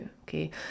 okay